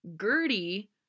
Gertie